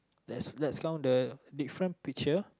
let's let's count the different picture